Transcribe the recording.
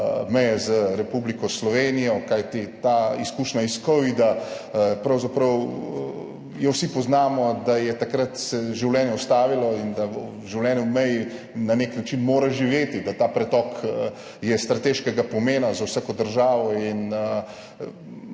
meje z Republiko Slovenijo, kajti ta izkušnja iz kovida, pravzaprav jo vsi poznamo, da se je takrat življenje ustavilo in da življenje ob meji na nek način mora živeti, da je ta pretok strateškega pomena za vsako državo in